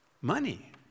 money